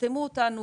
תטמטמו אותנו,